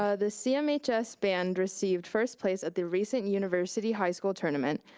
ah the cmhs band received first place at the recent university high school tournament.